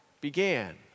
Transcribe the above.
began